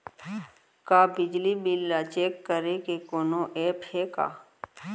का बिजली बिल ल चेक करे के कोनो ऐप्प हे का?